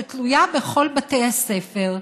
שתלויה בכל בתי הספר,